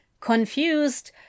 Confused